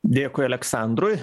dėkui aleksandrui